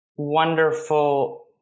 wonderful